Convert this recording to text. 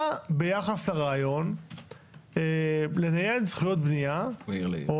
מה ביחס לרעיון לנייד זכויות בנייה או